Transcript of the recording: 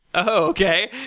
okay.